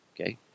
Okay